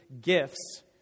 gifts